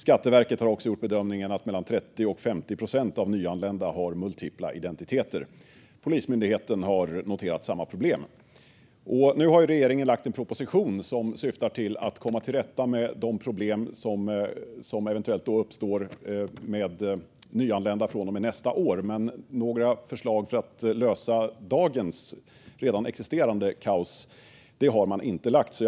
Skatteverket har gjort bedömningen att mellan 30 och 50 procent av de nyanlända har multipla identiteter. Polismyndigheten har noterat samma problem. Nu har regeringen lagt fram en proposition som syftar till att komma till rätta med de problem som eventuellt uppstår med nyanlända från och med nästa år, men några förslag för att lösa dagens redan existerande kaos har man inte lagt fram.